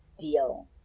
deal